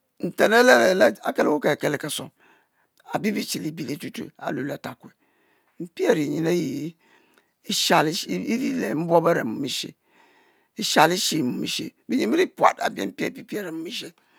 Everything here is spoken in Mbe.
Nnten le he le le he le, a'akel e'we kel le ke'suom a'bibi tche libie li'tutue a'lulue a’ lap-kue mpie a'ri nyen a'yi e'sha li’ she, e’ ri le m'buobo a're mum e'she, e'sha li she mom e'she, be'nyen bi ri puat a'be mpie a'pie a're mom e'she